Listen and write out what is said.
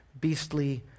beastly